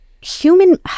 human